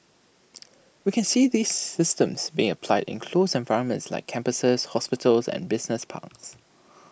we can see these systems being applied in closed environments like campuses hospitals and business parks